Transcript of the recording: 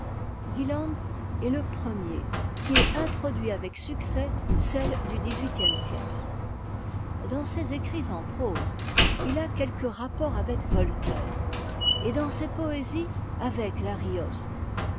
wieland est to premier qui ait introduit avec succès celle du dixhuitième siècle dans ses écrits en prose il a quelques rapports avec voltaire et dans ses poésies avec l'arioste